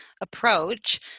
approach